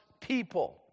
people